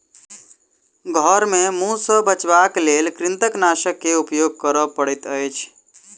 घर में मूस सॅ बचावक लेल कृंतकनाशक के उपयोग करअ पड़ैत अछि